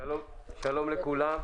שלום לכולם.